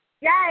Yes